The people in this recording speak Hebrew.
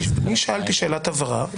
שאלתי שאלת הבהרה.